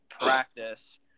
practice